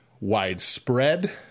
widespread